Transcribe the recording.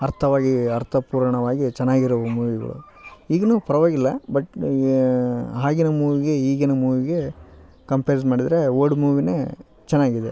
ಅರ್ಥವಾಗಿ ಅರ್ಥಪೂರ್ಣವಾಗಿ ಚೆನ್ನಾಗಿರುವ ಮೂವಿಗಳು ಈಗಲೂ ಪರವಾಗಿಲ್ಲ ಬಟ್ ಆಗಿನ ಮೂವಿಗೆ ಈಗಿನ ಮೂವಿಗೆ ಕಂಪ್ರೆಜ್ ಮಾಡಿದ್ರೆ ಓಲ್ಡ್ ಮೂವಿಯೇ ಚೆನ್ನಾಗಿದೆ